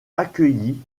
accueillis